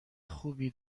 خوبی